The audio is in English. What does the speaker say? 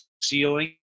ceiling